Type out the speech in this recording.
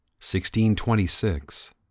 1626